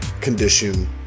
condition